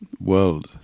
world